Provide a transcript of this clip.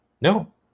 no